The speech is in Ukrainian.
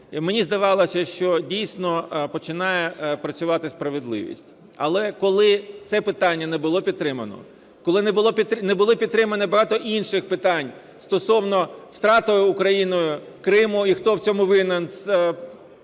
мені здавалося, що дійсно починає працювати справедливість. Але коли це питання не було підтримано, коли не були підтримані багато інших питань стосовно втрати Україною Криму і хто в цьому винен